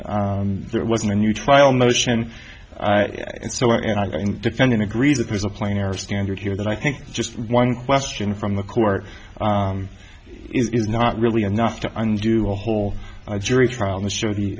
motion there wasn't a new trial motion so and i think defending agrees that there's a player standard here that i think just one question from the court is not really enough to undo a whole jury trial on the show the